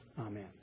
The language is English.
Amen